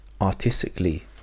artistically